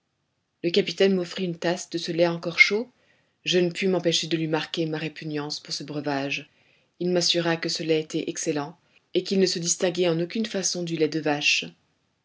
le capitaine m'offrit une tasse de ce lait encore chaud je ne pus m'empêcher de lui marquer ma répugnance pour ce breuvage il m'assura que ce lait était excellent et qu'il ne se distinguait en aucune façon du lait de vache